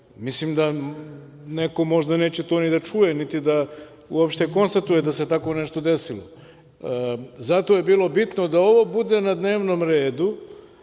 mislim da neko možda neće to ni da čuje, niti da konstatuje da se tako nešto desilo. Zato je bilo bitno da ovo bude na dnevnom redu,